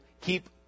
keep